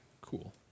Cool